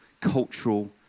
cultural